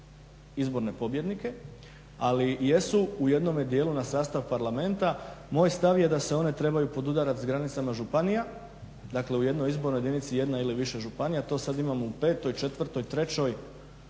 izborne pobjednike, ali jesu u jednome dijelu na sastav Parlamenta. Moj stav je da se one trebaju podudarati s granicama županija, dakle u jednoj izbornoj jedinici jedna ili više županija. To sad imamo u 5., 4., 3.